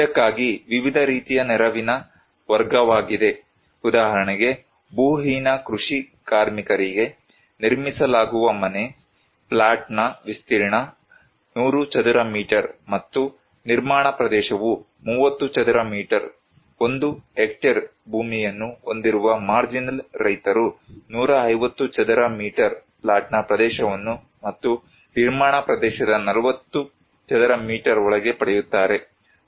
ಇದಕ್ಕಾಗಿ ವಿವಿಧ ರೀತಿಯ ನೆರವಿನ ವರ್ಗವಾಗಿದೆ ಉದಾಹರಣೆಗೆ ಭೂಹೀನ ಕೃಷಿ ಕಾರ್ಮಿಕರಿಗೆ ನಿರ್ಮಿಸಲಾಗುವ ಮನೆ ಪ್ಲಾಟ್ನ ವಿಸ್ತೀರ್ಣ 100 ಚದರ ಮೀಟರ್ ಮತ್ತು ನಿರ್ಮಾಣ ಪ್ರದೇಶವು 30 ಚದರ ಮೀಟರ್ 1 ಹೆಕ್ಟೇರ್ ಭೂಮಿಯನ್ನು ಹೊಂದಿರುವ ಮಾರ್ಜಿನಲ್ ರೈತರು 150 ಚದರ ಮೀಟರ್ ಪ್ಲಾಟ್ನ ಪ್ರದೇಶವನ್ನು ಮತ್ತು ನಿರ್ಮಾಣ ಪ್ರದೇಶದ 40 ಚದರ ಮೀಟರ್ ಒಳಗೆ ಪಡೆಯುತ್ತಾರೆ